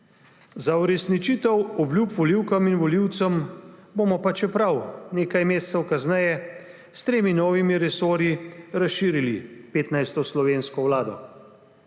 Za uresničitev obljub volivkam in volivcem bomo, pa čeprav nekaj mesecev kasneje, s tremi novimi resorji razširili 15. slovensko vlado.